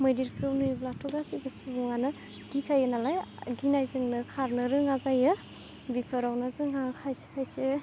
मैदेरखौ नुयोब्लाथ' गासैबो सुबुङानो गिखायो नालाय गिनायजोनो खारनो रोङा जायो बिफोरावनो जोंहा खायसे खायसे